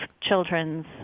children's